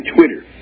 Twitter